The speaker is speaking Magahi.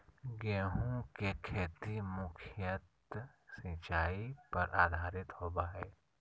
गेहूँ के खेती मुख्यत सिंचाई पर आधारित होबा हइ